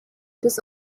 this